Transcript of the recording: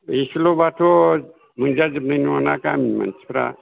एसेल'बाथ' मोनजा जोबनाय नङाना गामिनि मानसिफोरा